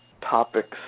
topics